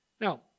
Now